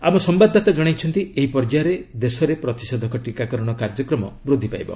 ଆମ ସମ୍ଭାଦଦାତା ଜଣାଇଛନ୍ତି ଏହି ପର୍ଯ୍ୟାୟରେ ଦେଶରେ ପ୍ରତିଷେଧକ ଟିକାକରଣ କାର୍ଯ୍ୟକ୍ରମ ବୃଦ୍ଧି ପାଇବ